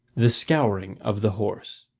the scouring of the horse